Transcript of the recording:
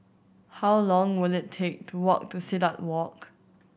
how long will it take to walk to Silat Walk